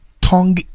tongue